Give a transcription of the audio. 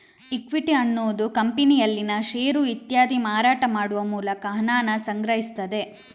equity ಅನ್ನುದು ಕಂಪನಿಯಲ್ಲಿನ ಷೇರು ಇತ್ಯಾದಿ ಮಾರಾಟ ಮಾಡುವ ಮೂಲಕ ಹಣಾನ ಸಂಗ್ರಹಿಸ್ತದೆ